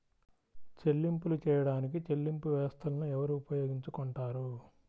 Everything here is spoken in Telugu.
చెల్లింపులు చేయడానికి చెల్లింపు వ్యవస్థలను ఎవరు ఉపయోగించుకొంటారు?